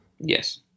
Yes